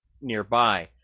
nearby